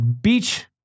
Beach